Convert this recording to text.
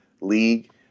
league